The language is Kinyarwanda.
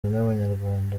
n’abanyarwanda